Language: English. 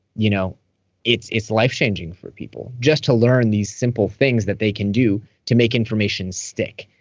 you know it's it's life-changing for people, just to learn these simple things that they can do to make information stick.